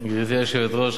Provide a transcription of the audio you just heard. גברתי היושבת-ראש,